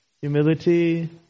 Humility